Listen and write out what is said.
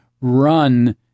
Run